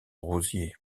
rosier